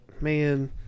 man